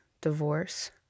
divorce